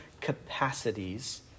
capacities